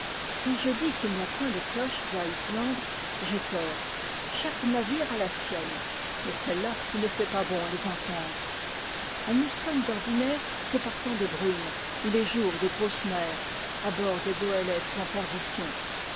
quand je dis qu'il n'y a point de cloches à islande j'ai tort chaque navire a la sienne mais celles-là il ne fait pas bon les entendre elles ne sonnent d'ordinaire que par temps de brume ou les jours de grosse mer à bord des goélettes en perdition